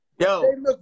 yo